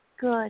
Good